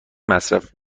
مصرف